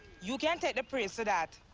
you can take the praise for that.